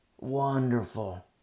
Wonderful